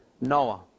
Noah